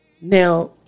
Now